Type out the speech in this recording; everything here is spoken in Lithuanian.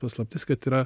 paslaptis kad yra